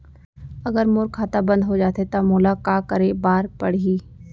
अगर मोर खाता बन्द हो जाथे त मोला का करे बार पड़हि?